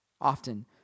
often